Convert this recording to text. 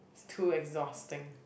too exhausting